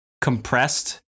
compressed